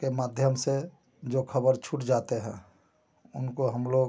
के माध्यम से जो खबर छूट जाते हैं उनको हम लोग